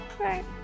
Right